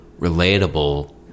relatable